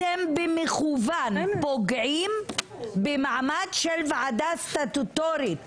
אתם במכוון פוגעים במעמד של ועדה סטטוטורית